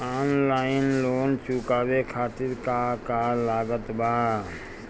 Online loan चुकावे खातिर का का लागत बा?